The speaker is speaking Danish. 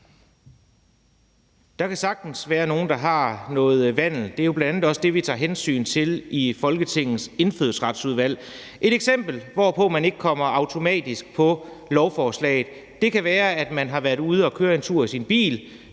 Der kan sagtens være nogen, der har noget vandel. Det er jo bl.a. også det, vi tager hensyn til i Folketingets Indfødsretsudvalg. Et eksempel, hvor man ikke kommer automatisk på lovforslaget, kan være, at man har været ude at køre en tur i sin bil,